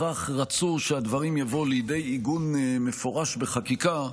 חבר הכנסת שמחה רוטמן, יושב-ראש ועדת החוקה,